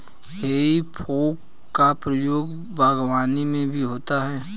हेइ फोक का प्रयोग बागवानी में भी होता है